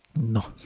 No